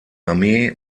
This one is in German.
armee